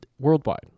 worldwide